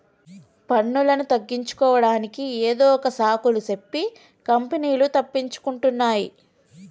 పన్నులను తగ్గించుకోడానికి ఏదొక సాకులు సెప్పి కంపెనీలు తప్పించుకుంటున్నాయ్